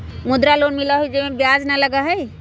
मुद्रा लोन मिलहई जे में ब्याज न लगहई?